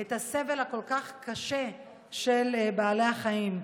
את הסבל הקשה כל כך של בעלי החיים.